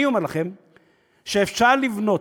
אני אומר לכם שאפשר לבנות,